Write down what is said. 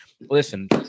listen